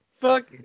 fuck